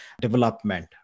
development